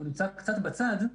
הוא נמצא קצת בצד,